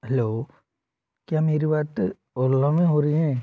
hello क्या मेरी बात ओला में हो रही है